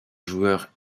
joueurs